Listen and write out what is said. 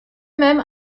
même